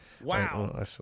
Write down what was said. Wow